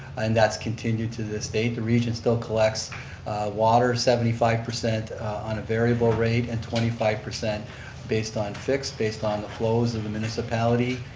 and that's continued to this date. the region still collects water, seventy five percent on a variable rate and twenty five percent based on fixed, based on the flows in the municipality.